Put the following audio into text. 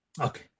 Okay